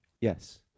Yes